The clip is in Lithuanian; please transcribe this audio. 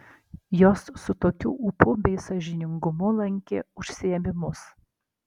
jos su tokiu ūpu bei sąžiningumu lankė užsiėmimus